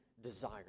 desire